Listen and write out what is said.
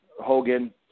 Hogan